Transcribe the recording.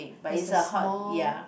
it is small